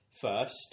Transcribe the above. first